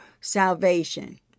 salvation